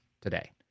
today